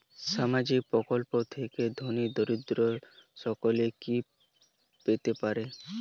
সামাজিক প্রকল্প থেকে ধনী দরিদ্র সকলে কি পেতে পারে?